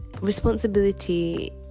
responsibility